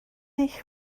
eich